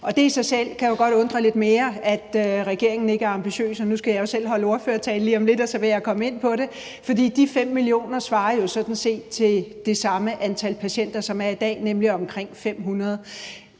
Det i sig selv kan jo godt undre lidt, altså at regeringen ikke er ambitiøs. Nu skal jeg jo selv holde ordførertale lige om lidt, og så vil jeg komme ind på det. De 5 mio. kr. svarer jo sådan set til det samme antal patienter, som der er i dag, nemlig omkring 500.